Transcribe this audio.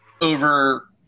over